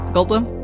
Goldblum